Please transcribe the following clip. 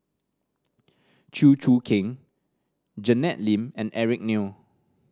Chew Choo Keng Janet Lim and Eric Neo